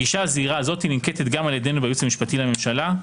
גישה זהירה זו ננקטת גם על-ידינו בייעוץ המשפטי לממשלה,